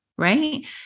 right